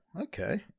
okay